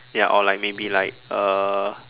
ya or like maybe like uh